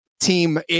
team